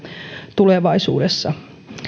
tulevaisuudessa